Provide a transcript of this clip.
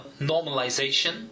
normalization